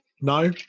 no